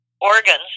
organs